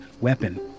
weapon